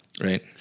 Right